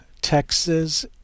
Texas